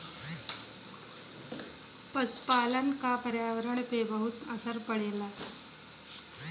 पसुपालन क पर्यावरण पे बहुत असर पड़ेला